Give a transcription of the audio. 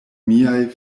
miaj